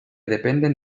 dependen